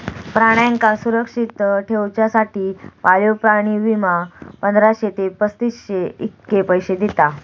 प्राण्यांका सुरक्षित ठेवच्यासाठी पाळीव प्राणी विमा, पंधराशे ते पस्तीसशे इतके पैशे दिता